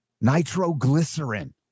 nitroglycerin